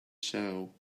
show